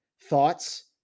thoughts